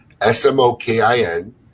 S-M-O-K-I-N